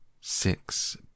Six